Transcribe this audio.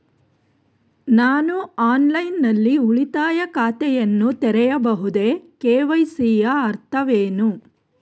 ನಾನು ಆನ್ಲೈನ್ ನಲ್ಲಿ ಉಳಿತಾಯ ಖಾತೆಯನ್ನು ತೆರೆಯಬಹುದೇ? ಕೆ.ವೈ.ಸಿ ಯ ಅರ್ಥವೇನು?